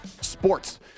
SPORTS